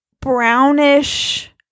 brownish